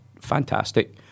fantastic